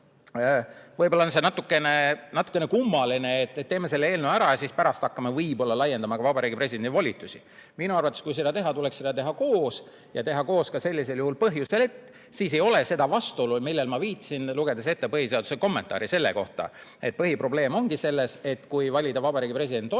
küljest on see natukene kummaline, et teeme selle eelnõu ära ja pärast hakkame võib-olla laiendama ka Vabariigi Presidendi volitusi. Minu arvates, kui seda teha, tuleks seda teha koos. Ja sellisel juhul teha koos põhjusel, et siis ei ole seda vastuolu, millele ma viitasin, lugedes ette põhiseaduse kommentaari selle kohta, et põhiprobleem ongi selles, et kui valida Vabariigi President otse,